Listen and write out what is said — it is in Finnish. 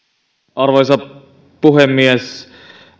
arvoisa puhemies